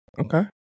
Okay